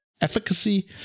efficacy